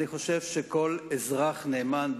אני חושב שכל אזרח נאמן,